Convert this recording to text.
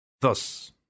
Thus